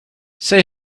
say